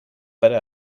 pere